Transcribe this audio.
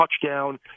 touchdown